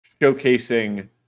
showcasing